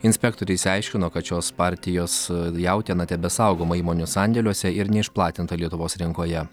inspektoriai išsiaiškino kad šios partijos jautiena tebesaugoma įmonių sandėliuose ir neišplatinta lietuvos rinkoje